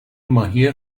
ماهی